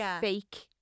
fake